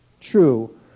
true